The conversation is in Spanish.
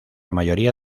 mayoría